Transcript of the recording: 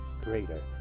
greater